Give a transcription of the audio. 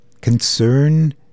concern